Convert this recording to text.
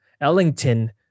Ellington